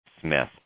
Smith